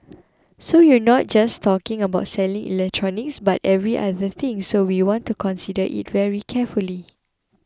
so you're not just talking about selling electronics but every other thing so we want to consider it very carefully